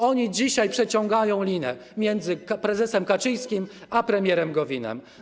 Oni dzisiaj przeciągają linę między prezesem Kaczyńskim a premierem Gowinem.